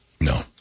No